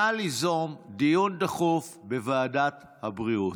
ליזום דיון דחוף בוועדת הבריאות,